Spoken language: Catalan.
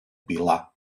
pilar